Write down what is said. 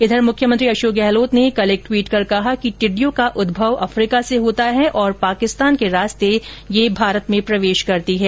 इधर मुख्यमंत्री अशोक गहलोत ने कल एक ट्वीट कर कहा कि टिड्डियों का उदभव अफ्रीका से होता है और पाकिस्तान के रास्ते ये भारत में प्रवेश करती है